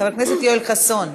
חבר הכנסת יואל חסון.